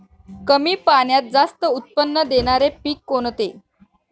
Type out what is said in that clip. कमी पाण्यात जास्त उत्त्पन्न देणारे पीक कोणते?